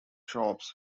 shops